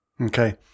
Okay